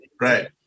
right